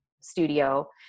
studio